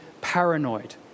paranoid